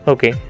Okay